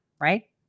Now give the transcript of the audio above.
right